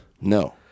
no